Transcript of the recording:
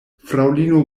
fraŭlino